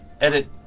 Edit